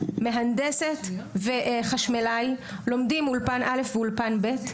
מהנדסת וחשמלאי לומדים אולפן א' ואולפן ב',